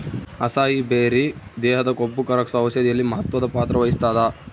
acai berry ದೇಹದ ಕೊಬ್ಬುಕರಗ್ಸೋ ಔಷಧಿಯಲ್ಲಿ ಮಹತ್ವದ ಪಾತ್ರ ವಹಿಸ್ತಾದ